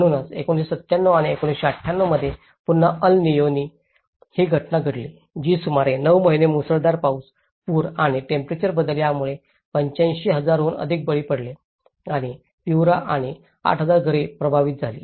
म्हणूनच 1997 आणि 1998 मध्ये पुन्हा अल निनो ही घटना घडली जी सुमारे 9 महिने मुसळधार पाऊस पूर आणि टेम्परेचर बदल यामुळे 85000 हून अधिक बळी पडले आणि पीयूरा आणि 8000 घरे प्रभावित झाली